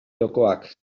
jokoak